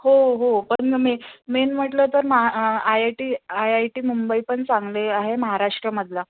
हो हो पण मे मेन म्हटलं तर मा I I T I I T Mumbai पण चांगले आहे महाराष्ट्रामधला